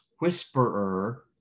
whisperer